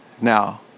now